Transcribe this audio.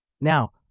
Now